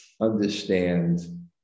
understand